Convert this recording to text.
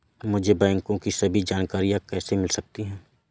मुझे बैंकों की सभी जानकारियाँ कैसे मिल सकती हैं?